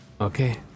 Okay